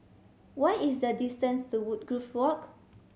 what is the distance to Woodgrove Walk